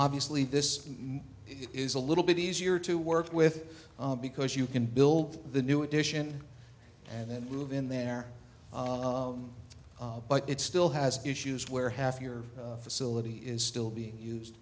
obviously this is a little bit easier to work with because you can build the new addition and then move in there but it still has issues where half your facility is still being used